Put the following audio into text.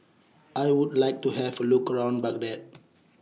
I Would like to Have A Look around Baghdad